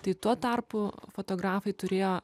tai tuo tarpu fotografai turėjo